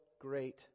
great